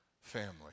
family